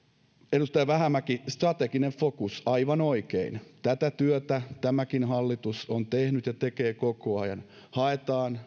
edustaja vähämäki strateginen fokus aivan oikein tätä työtä tämäkin hallitus on tehnyt ja tekee koko ajan haetaan